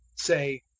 say,